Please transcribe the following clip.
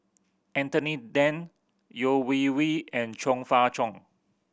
Anthony Then Yeo Wei Wei and Chong Fah Cheong